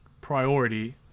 Priority